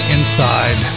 Inside